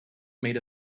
made